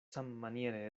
sammaniere